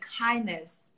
kindness